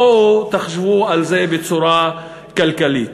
בואו תחשבו על זה בצורה כלכלית.